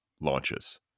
launches